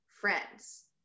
friends